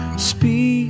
speak